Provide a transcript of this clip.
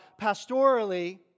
pastorally